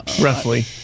Roughly